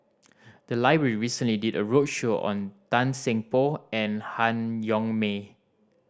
the library recently did a roadshow on Tan Seng Poh and Han Yong May